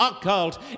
occult